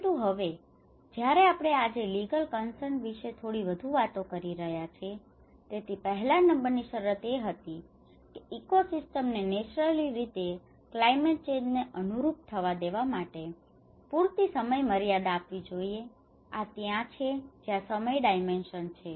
પરંતુ હવે જયારે આપણે આજે લીગલ કન્સર્ન વિશે થોડી વધુ વાતો કરી રહ્યા છીએ તેથી પહેલા નંબર ની શરત એ હતી કે ઇકોસિસ્ટમ્સને નેચરલી રીતે ક્લાયમેટ ચેન્જ ને અનુરૂપ થવા દેવા માટે પૂરતી સમયમર્યાદામાં આપવી જોઈએ આ ત્યાં છે જ્યાં સમય ડાયમેન્શન છે